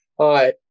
Hi